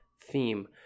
theme